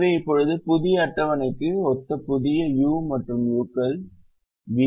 எனவே இப்போது புதிய அட்டவணைக்கு ஒத்த புதிய u மற்றும் v கள் உள்ளன